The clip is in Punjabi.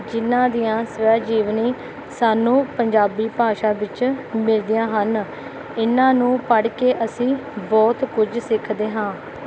ਜਿਨ੍ਹਾਂ ਦੀਆਂ ਸਵੈ ਜੀਵਨੀ ਸਾਨੂੰ ਪੰਜਾਬੀ ਭਾਸ਼ਾ ਵਿੱਚ ਮਿਲਦੀਆਂ ਹਨ ਇਨ੍ਹਾਂ ਨੂੰ ਪੜ੍ਹ ਕੇ ਅਸੀਂ ਬਹੁਤ ਕੁਝ ਸਿੱਖਦੇ ਹਾਂ